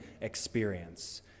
experience